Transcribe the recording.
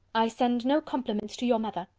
i send no compliments to your mother.